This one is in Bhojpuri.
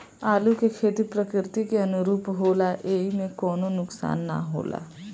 आलू के खेती प्रकृति के अनुरूप होला एइमे कवनो नुकसान ना होला